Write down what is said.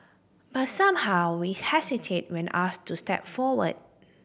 but somehow we hesitate when asked to step forward